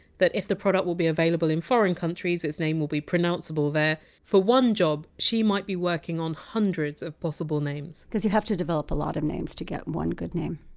that if the product will be available in foreign countries, its name will be pronounceable there. for one job, she might be working on hundreds of possible names. because you have to develop a lot of names to get one good name.